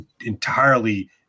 entirely